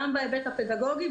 גם בהיבט הפדגוגי,